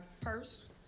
purse